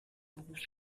beruf